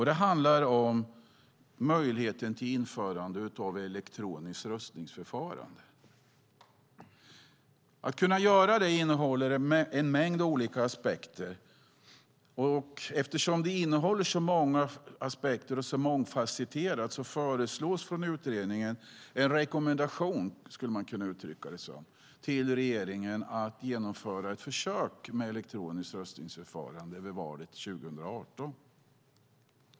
Det handlar om möjligheten till införande av elektroniskt röstningsförfarande. Eftersom detta innehåller en mängd olika aspekter och är så mångfasetterat rekommenderar utredningen regeringen att genomföra ett försök med elektronisk röstningsförfarande i valet 2018.